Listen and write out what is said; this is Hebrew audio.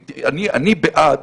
תראי, אני בעד